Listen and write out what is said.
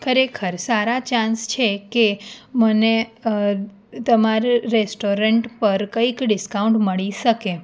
ખરેખર સારા ચાંસ છે કે મને તમારા રેસ્ટોરન્ટ પર કંઈક ડિસ્કાઉન્ટ મળી શકે